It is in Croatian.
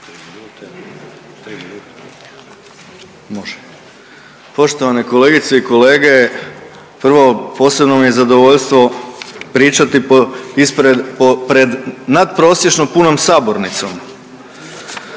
Poštovane kolegice i kolege. Prvo posebno mi je zadovoljstvo pričati ispred pred natprosječno punom sabornicom.